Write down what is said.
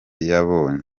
yabonye